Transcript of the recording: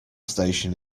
station